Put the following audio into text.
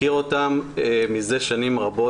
אני מכיר אותם מזה שנים רבות.